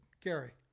Gary